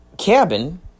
cabin